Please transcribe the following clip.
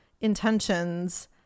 intentions